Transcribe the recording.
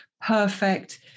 perfect